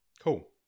Cool